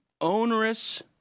onerous